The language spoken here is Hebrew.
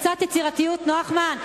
קצת יצירתיות, נחמן.